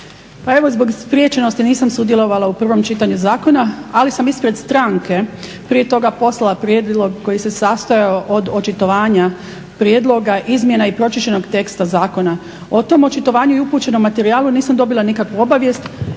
Pa evo zbog spriječenosti nisam sudjelovala u prvom čitanju zakona, ali sam ispred stranke prije toga poslala prijedlog koji se sastojao od očitovanja prijedloga izmjena i pročišćenog teksta zakona. O tom očitovanju i upućenom materijalu nisam dobila nikakvu obavijest